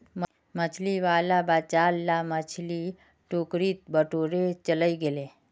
मछली वाला बचाल ला मछली टोकरीत बटोरे चलइ गेले